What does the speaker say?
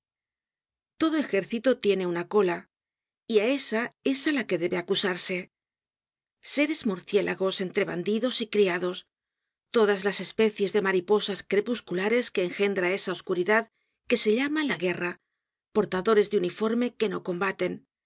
todo ejército tiene una cola y á esa es á la que debe acusarse seres murciélagos entre bandidos y criados todas las especies de mariposas crepusculares que engendra esa oscuridad que se llama la guerra portadores de uniforme que no combaten